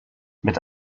mit